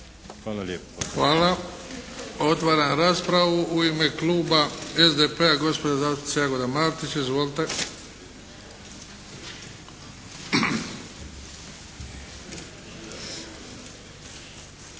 Hvala. Otvaram raspravu. U ime kluba SDP-a gospođa zastupnica Jagoda Martić. Izvolite.